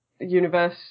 universe